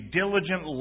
diligent